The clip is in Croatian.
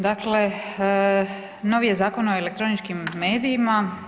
Dakle, novi je Zakon o elektroničkim medijima.